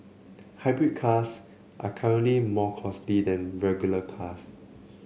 hybrid cars are currently more costly than regular cars